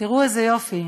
תראו איזה יופי,